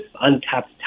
untapped